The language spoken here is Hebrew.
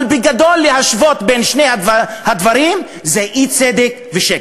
אבל בגדול, להשוות בין שני הדברים זה אי-צדק ושקר.